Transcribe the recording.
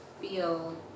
feel